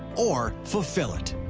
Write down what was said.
or fulfill it?